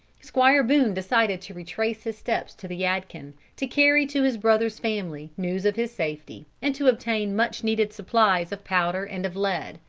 squire boone decided to retrace his steps to the yadkin, to carry to his brother's family news of his safety, and to obtain much needed supplies of powder and of lead.